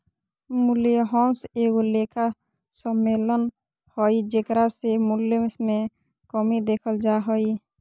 मूल्यह्रास एगो लेखा सम्मेलन हइ जेकरा से मूल्य मे कमी देखल जा हइ